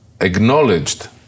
acknowledged